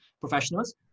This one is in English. professionals